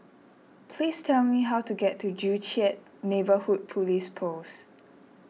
please tell me how to get to Joo Chiat Neighbourhood Police Post